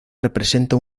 representa